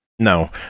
No